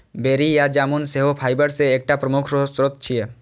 बेरी या जामुन सेहो फाइबर के एकटा प्रमुख स्रोत छियै